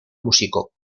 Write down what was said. músico